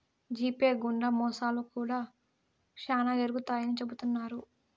GPay గుండా మోసాలు కూడా శ్యానా జరుగుతాయని చెబుతున్నారు